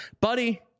buddy